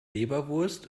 leberwurst